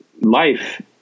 life